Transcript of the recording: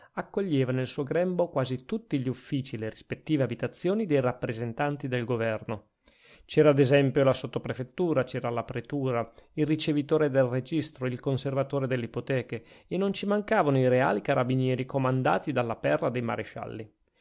accoglieva nel suo grembo quasi tutti gli uffici e le rispettive abitazioni dei rappresentanti del governo c'era ad esempio la sottoprefettura c'era la pretura il ricevitore del registro il conservatore delle ipoteche e non ci mancavano i reali carabinieri comandati dalla perla dei marescialli